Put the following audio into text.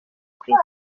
kwica